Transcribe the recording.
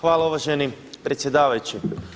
Hvala uvaženi predsjedavajući.